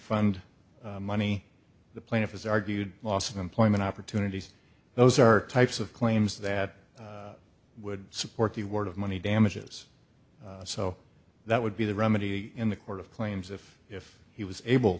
fund money the plaintiff has argued loss of employment opportunities those are types of claims that would support the word of money damages so that would be the remedy in the court of claims if if he was able